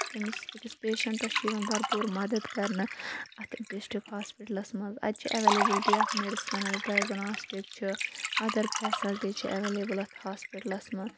تٔمِس أکِس پیشَنٹَس چھُ یِوان بَرپوٗر مدد کرنہٕ اَتھ ڈِسٹرک ہاسپِٹَلَس منٛز اَتہِ چھِ ایٚولیبٕلٹی آف میڈِسٕنَل ڈیگٕناسٹِک چھُ اَدر فیسلٹیٖز چھےٚ ایٚولیبٕل اَتھ ہاسپِٹلَس منٛز